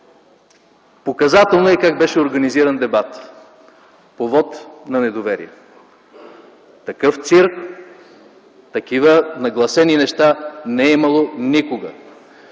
Показателно е как беше организиран дебатът по вот на недоверие – такъв цирк, такива нагласени неща не е имало никога.